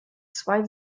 zwei